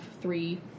three